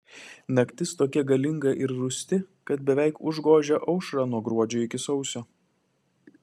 naktis tokia galinga ir rūsti kad beveik užgožia aušrą nuo gruodžio iki sausio